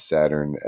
Saturn